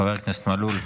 חבר הכנסת מלול.